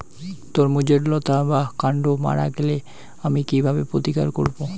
তরমুজের লতা বা কান্ড মারা গেলে আমি কীভাবে প্রতিকার করব?